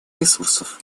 ресурсов